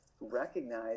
recognize